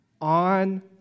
on